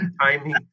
timing